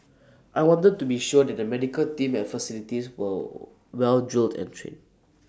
I wanted to be sure that the medical team and facilities were well drilled and trade